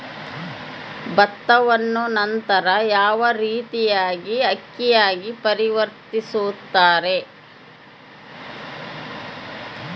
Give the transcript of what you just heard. ಭತ್ತವನ್ನ ನಂತರ ಯಾವ ರೇತಿಯಾಗಿ ಅಕ್ಕಿಯಾಗಿ ಪರಿವರ್ತಿಸುತ್ತಾರೆ?